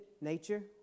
nature